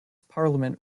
parliament